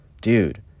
dude